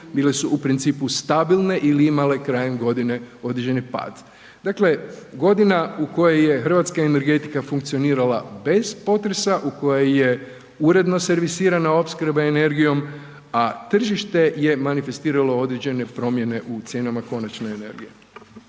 bile su u principu stabilne ili imale krajem godine određeni pad. Dakle, godina u kojoj je hrvatska energetika funkcionirala bez potresa, u kojoj je uredno servisirana opskrba energijom a tržište je manifestiralo određene promjene u cijenama konačne energije.